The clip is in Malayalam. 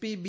P B